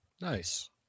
Nice